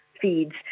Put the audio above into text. feeds